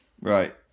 right